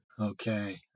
Okay